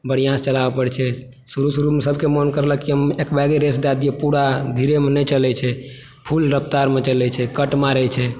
बढ़िऑंसँ चलाबऽ पड़ै छै शुरु शुरूमे सबके मन करलक कि हम एकबैगे रेस दए दिऔ पुरा धीरेमे नहि चलै छै फुल रफ़्तारमे चलै छै कट मारै छै